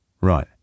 Right